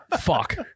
Fuck